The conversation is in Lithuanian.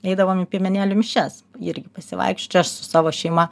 eidavom į piemenėlių mišias irgi pasivaikščiot čia aš su savo šeima